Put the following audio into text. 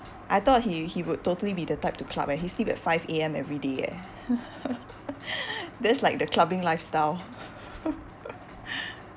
I thought he he would totally be the type to club eh he sleep at five A_M everyday eh that's like the clubbing lifestyle